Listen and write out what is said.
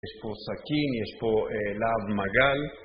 יש פה סכין, יש פה להב מגל